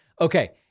Okay